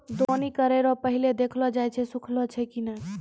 दौनी करै रो पहिले देखलो जाय छै सुखलो छै की नै